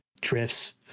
drifts